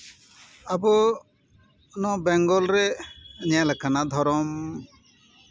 ᱟᱵᱚ ᱚᱱᱟ ᱵᱮᱝᱜᱚᱞ ᱨᱮ ᱧᱮᱞ ᱠᱟᱱᱟ ᱫᱷᱚᱨᱚᱢ